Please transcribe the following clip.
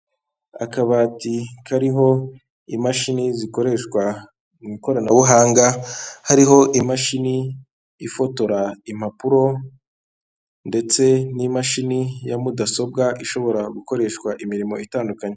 Akabati kariho imashini zikoreshwa mu ikoranabuhanga, hariho imashini ifotora impapuro, ndetse n'imashini ya mudasobwa ishobora gukoreshwa imirimo itandukanye.